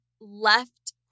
left